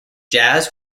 jazz